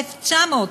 1,900,